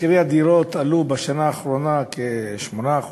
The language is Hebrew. מחירי הדירות עלו בשנה האחרונה בכ-8%